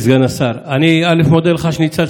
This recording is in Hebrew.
אלה שנאלצו